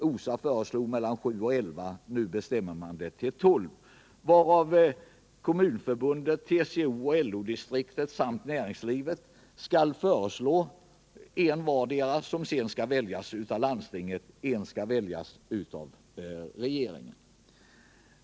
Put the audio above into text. OSA-kommittén föreslog mellan sju och elva ledamöter; nu bestämmer man antalet till tolv, varav Kommunförbundet, TCO och LO-distrikten samt näringslivet skall föreslå en vardera, som sedan skall väljas av landstinget. En skall utses av regeringen.